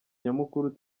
nyamukuru